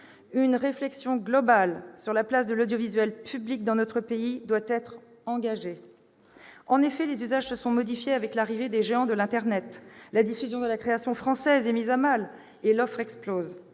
Une réflexion globale sur la place de l'audiovisuel public dans notre pays doit être engagée. En effet, les usages se sont modifiés avec l'arrivée des géants de l'internet. La diffusion de la création française est mise à mal et l'offre explose.